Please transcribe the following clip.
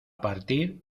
partir